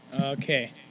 Okay